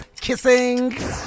Kissing